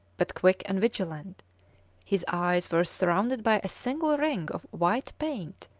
but quick and vigilant his eyes were surrounded by a single ring of white paint,